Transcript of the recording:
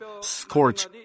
scorch